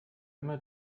immer